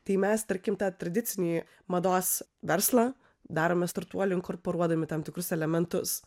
tai mes tarkim tą tradicinį mados verslą darome startuoliu inkorporuodami tam tikrus elementus